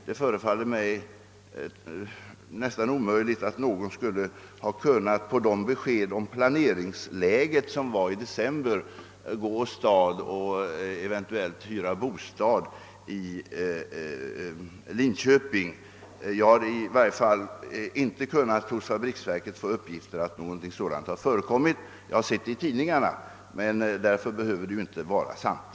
Det förefaller mig nästan omöjligt att någon på grundval av de besked om planeringsläget, som gavs i december, skulle ha kunnat gå åstad och hyra bostadiLinköping. Jag har i varje fall inte kunnat få uppgifter hos fabriksverket om att någonting sådant har förekommit; jag har sett det i tidningarna, men därför "behöver det inte vara sant.